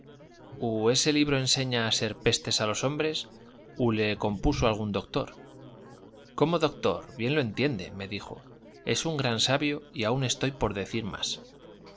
u ese libro enseña a ser pestes a los hombres u le compuso algún doctor cómo doctor bien lo entiende me dijo es un gran sabio y aun estoy por decir más